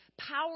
power